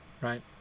right